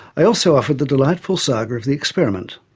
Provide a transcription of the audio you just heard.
i also offered the delightful saga of the experiment.